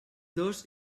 dos